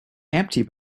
empty